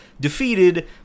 defeated